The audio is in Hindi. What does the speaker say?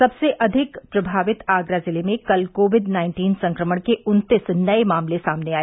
सबसे अधिक प्रभावित आगरा जिले में कल कोविड नाइन्टीन संक्रमण के उन्तीस नए मामले सामने आए